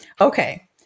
Okay